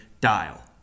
dial